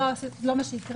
ברור לנו שזה לא מה שיקרה.